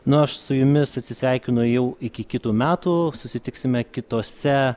nu aš su jumis atsisveikinu jau iki kitų metų susitiksime kitose